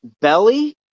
Belly